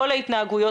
לכל ההתנהגויות,